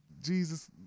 Jesus